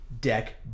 Deck